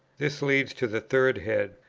this leads to the third head.